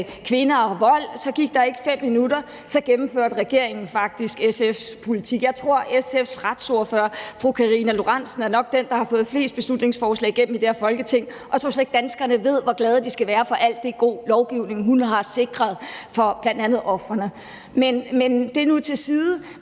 daværende justitsminister Nick Hækkerup faktisk gennemførte SF's politik. Jeg tror, at SF's retsordfører, fru Karina Lorentzen Dehnhardt, nok er den, der har fået flest beslutningsforslag igennem i det her Folketing. Jeg tror slet ikke, at danskerne ved, hvor glade de skal være for al den gode lovgivning, som hun har sikret for bl.a. ofrene – men det nu til side.